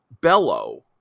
Bellow